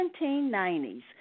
1790s